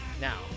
now